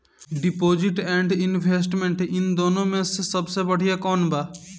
Deposit and investment इन दुनो मे से सबसे बड़िया कौन बा?